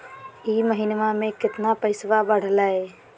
ई महीना मे कतना पैसवा बढ़लेया?